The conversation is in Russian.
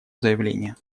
заявление